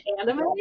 anime